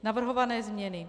Navrhované změny.